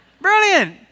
Brilliant